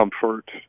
comfort